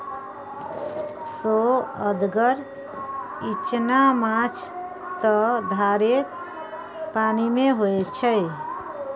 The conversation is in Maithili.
सोअदगर इचना माछ त धारेक पानिमे होए छै